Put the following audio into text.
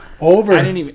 over